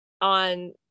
on